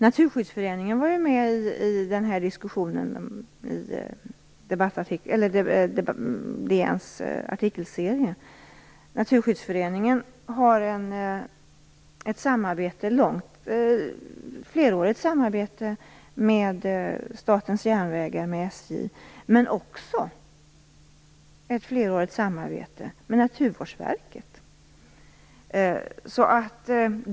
Naturskyddsföreningen fanns med i DN:s artikelserie. Föreningen har ett flerårigt samarbete med Statens järnvägar, men också med Naturvårdsverket.